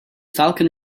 falcon